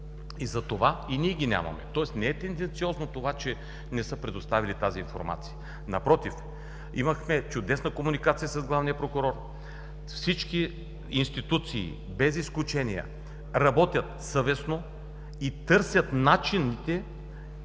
и затова и ние ги нямаме. Тоест не е тенденциозно това, че не са предоставили тази информация. Напротив, имахме чудесна комуникация с главния прокурор. Всички институции без изключение работят съвестно и търсят начини